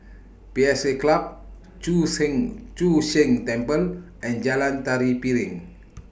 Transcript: P S A Club Chu Sheng Chu Sheng Temple and Jalan Tari Piring